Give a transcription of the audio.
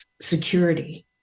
security